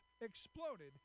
exploded